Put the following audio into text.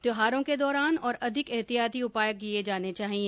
त्यौहारों के दौरान और अधिक एहतियाती उपाय किए जाने चाहिए